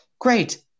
great